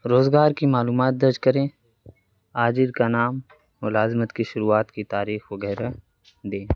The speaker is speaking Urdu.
روزگار کی معلومات درج کریں آجر کا نام ملازمت کی شروعات کی تاریخ وغیرہ دیں